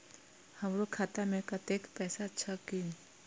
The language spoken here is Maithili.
हमरो खाता में कतेक पैसा छकीन?